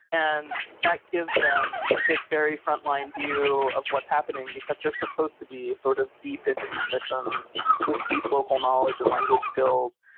and that gives them this very frontline view of what's happening, because they're supposed to be sort of deep into these missions with deep local knowledge and language skills,